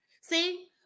See